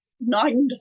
nine